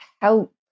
help